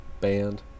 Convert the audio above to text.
band